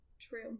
True